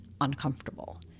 uncomfortable